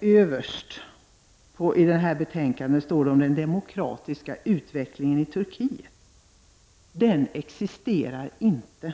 Överst på s. 31 i betänkandet står det om den demokratiska utvecklingen i Turkiet. Den utvecklingen existerar inte!